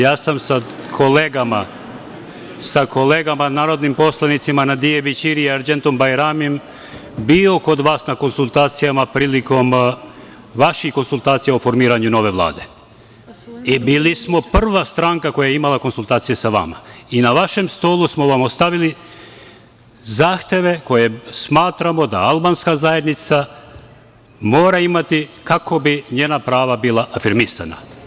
Ja sam sa kolegama narodnim poslanicima Nadije Bećiri i Arđendom Bajramijem bio kod vas na konsultacijama prilikom vaših konsultacija o formiranju nove Vlade i bili smo prva stranka koja je imala konsultacije sa vama i na vašem stolu smo vam ostavili zahteve koje smatramo da albanska zajednica mora imati kako bi njena prava bila afirmisana.